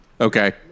Okay